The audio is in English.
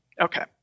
Okay